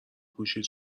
گوشیت